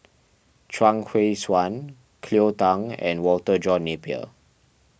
Chuang Hui Tsuan Cleo Thang and Walter John Napier